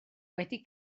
wedi